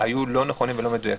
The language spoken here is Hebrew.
היו לא נכונים ולא מדויקים.